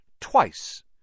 Twice